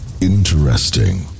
Interesting